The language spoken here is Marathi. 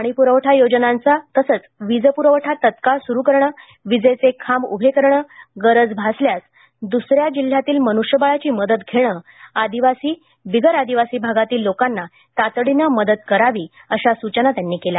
पाणीपुरवठा योजनांचा वीजपुरवठा तात्काळ सुरू करणे वीजेचे खांब उभे करणे गरज भासल्यास दुसऱ्या जिल्ह्यातील मनुष्यबळाची मदत घेणे आदिवासी बिगर आदिवासी भागातील लोकांना तातडीने मदत कारावी अशा सूचना त्यांनी केल्या